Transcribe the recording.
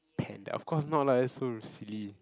panda of course not lah that's so silly